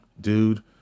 dude